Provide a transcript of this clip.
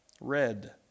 red